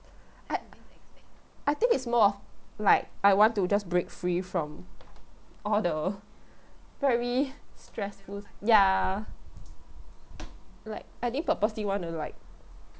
I I think it's more of like I want to just break free from all the very stressful ya like I didn't purposely want to like